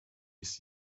ist